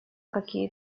какие